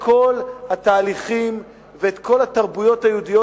כל התהליכים ואת כל התרבויות היהודיות,